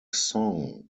song